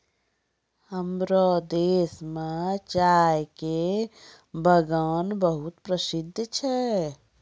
हमरो देश मॅ चाय के बागान बहुत प्रसिद्ध छै